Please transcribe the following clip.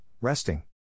resting